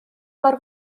mor